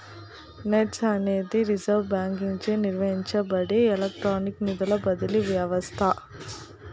NEFT అనేది reserve బాంకీచే నిర్వహించబడే ఎలక్ట్రానిక్ నిధుల బదిలీ వ్యవస్త